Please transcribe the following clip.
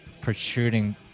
protruding